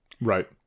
right